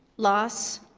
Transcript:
loss,